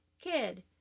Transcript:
kid